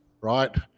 right